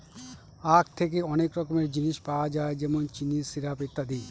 আঁখ থেকে অনেক রকমের জিনিস পাওয়া যায় যেমন চিনি, সিরাপ, ইত্যাদি